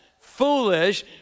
foolish